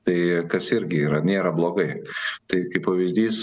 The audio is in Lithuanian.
tai kas irgi yra nėra blogai tai kaip pavyzdys